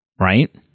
right